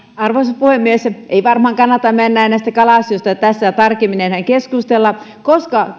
arvoisa puhemies ei varmaan kannata meidän näistä kala asioista tässä tarkemmin enää keskustella koska